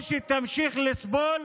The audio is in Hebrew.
או שתמשיך לסבול